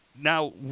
now